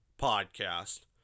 podcast